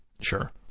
Sure